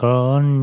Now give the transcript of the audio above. on